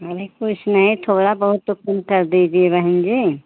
अरे कुछ नहीं थोड़ा बहुत तो कम कर दीजिए बहन जी